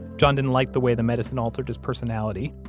john didn't like the way the medicine altered his personality,